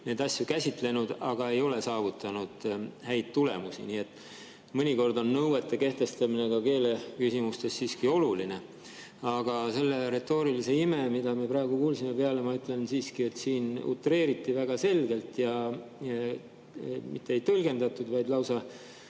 neid asju käsitlenud, aga ei ole saavutanud häid tulemusi. Mõnikord on nõuete kehtestamine ka keeleküsimustes siiski oluline. Aga selle retoorilise ime peale, mida me praegu kuulsime, ma ütlen siiski, et siin utreeriti väga selgelt ja mitte ei tõlgendatud, vaid lausa